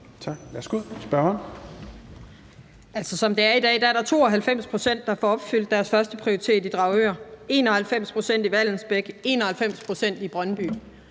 som det er i dag, er der 92 pct. i Dragør, der får opfyldt deres førsteprioritet, 91 pct. i Vallensbæk og 91 pct. i Brøndby.